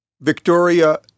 Victoria